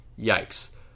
Yikes